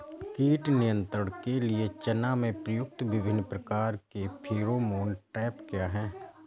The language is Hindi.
कीट नियंत्रण के लिए चना में प्रयुक्त विभिन्न प्रकार के फेरोमोन ट्रैप क्या है?